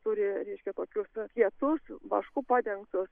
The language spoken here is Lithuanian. turi reiškia tokius kietus vašku padengtus